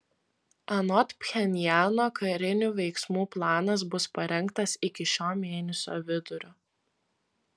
anot pchenjano karinių veiksmų planas bus parengtas iki šio mėnesio vidurio